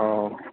অঁ